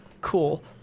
cool